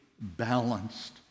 balanced